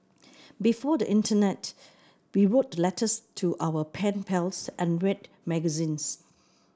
before the internet we wrote letters to our pen pals and read magazines